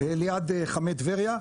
ליד חמי טבריה,